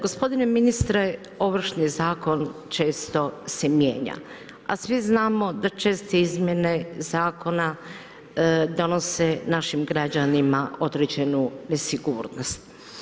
Gospodine ministre Ovršni zakon često se mijenja, a svi znamo da česte izmjene zakona donose našim građanima određenu nesigurnost.